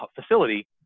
facility